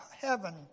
heaven